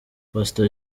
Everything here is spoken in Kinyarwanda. pastor